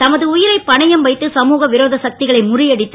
தமது உ ரை பணயம் வைத்து சமூக விரோத சக் களை முறியடித்து